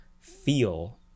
feel